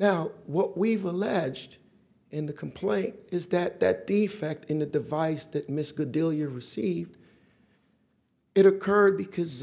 now what we've alleged in the complaint is that that the fact in the device that miss good deal you received it occurred because